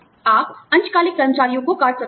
आप अंशकालिक कर्मचारियों को काट सकते हैं